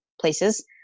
places